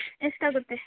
ಎಷ್ಟಾಗುತ್ತೆ